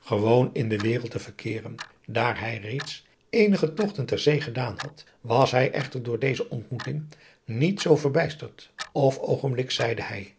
gewoon in de wereld te verkeeren daar hij reeds eenige togten ter zee gedaaan had was hij echter door deze ontmoeting niet zoo verbijsterd of oogenblikkelijk zeide hij